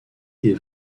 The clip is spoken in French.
des